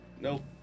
nope